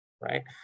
right